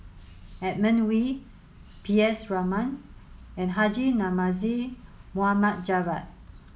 Edmund Wee P S Raman and Haji Namazie Mohd Javad